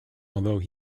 although